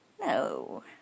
No